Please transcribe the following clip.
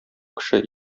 кеше